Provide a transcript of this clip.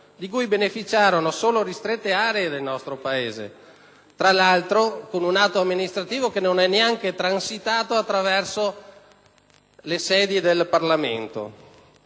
di cui beneficiarono solo ristrette aree del nostro Paese, e lo fece, tra l'altro, con un atto amministrativo che non è neanche transitato per il Parlamento.